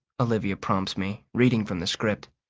olivia prompts me, reading from the script.